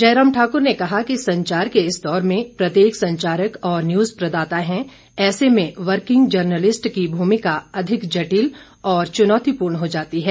जयराम ठाकुर ने कहा कि संचार के इस दौर में प्रत्येक संचारक और न्यूज प्रदाता है ऐसे में वर्किंग जर्नलिस्ट की भूमिका अधिक जटिल और चुनौतिपूर्ण हो जाती है